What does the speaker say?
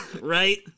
right